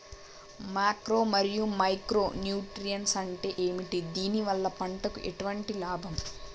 Macro మరియు micro nutrients అంటే ఏమిటి? దీనివల్ల పంటకు ఎటువంటి లాభం?